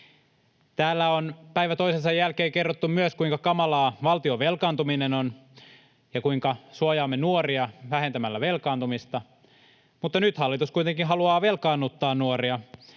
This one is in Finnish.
Täällä on päivä toisensa jälkeen kerrottu myös, kuinka kamalaa valtion velkaantuminen on ja kuinka suojaamme nuoria vähentämällä velkaantumista, mutta nyt hallitus kuitenkin haluaa velkaannuttaa nuoria.